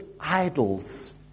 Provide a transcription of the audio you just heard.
idols